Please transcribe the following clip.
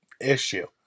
issue